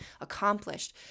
accomplished